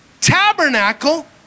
tabernacle